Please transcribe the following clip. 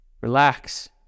Relax